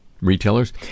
Retailers